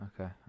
Okay